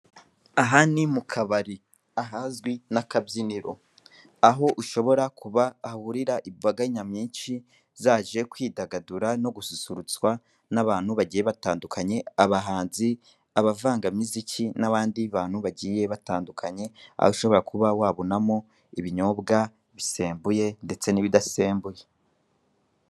Aha ni mu kabari ahazwi n'akabyiniro aho ushobora kuba hahurira imbaga nyamwinshi zaje kwidagadura no gususurutswa n'abantu bagiye batandukanye abahanzi, abavangamiziki n'abandi bantu bagiye batandukanye aho ushobora kuba wabonamo ibinyobwa bisembuye ndetse n'ibidasembuye.